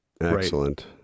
Excellent